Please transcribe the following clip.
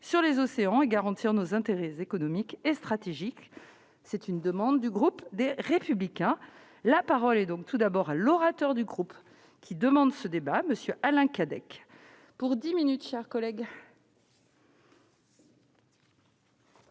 sur les océans et garantir nos intérêts économiques et stratégiques, c'est une demande du groupe des Républicains, la parole est donc tout d'abord, l'orateur du groupe, qui demande ce débat monsieur Alain Cadec pour 10 minutes chers collègues.